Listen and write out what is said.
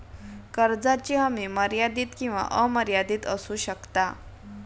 कर्जाची हमी मर्यादित किंवा अमर्यादित असू शकता